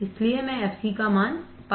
इसलिए मैं fc का मान पा सकता हूं